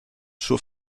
suo